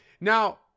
now